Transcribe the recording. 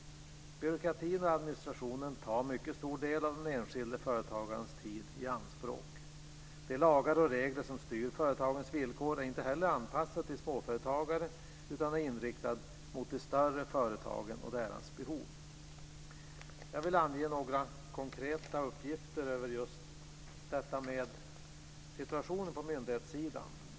Byråkratin och administrationen tar en mycket stor del av den enskilde företagarens tid i anspråk. De lagar och regler som styr företagens villkor är inte anpassade till småföretagare utan är inriktade på de större företagen och deras behov. Jag vill ange några konkreta uppgifter om just detta med situationen på myndighetssidan.